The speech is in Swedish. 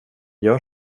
gör